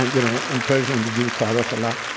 you know, in persia, and we do tariff a lot.